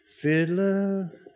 Fiddler